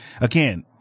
again